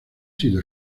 sido